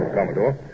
Commodore